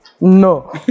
No